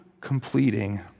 completing